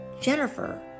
Jennifer